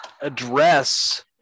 address